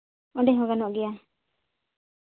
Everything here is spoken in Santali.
ᱚᱸᱰᱮ ᱦᱚᱸ ᱜᱟᱱᱚᱜ ᱜᱮᱭᱟ